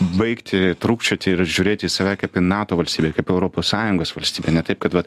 baigti trūkčioti ir žiūrėti į save kaip į nato valstybę kaip europos sąjungos valstybę ne taip kad vat